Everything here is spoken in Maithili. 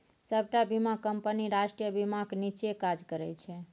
सबटा बीमा कंपनी राष्ट्रीय बीमाक नीच्चेँ काज करय छै